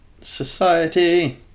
Society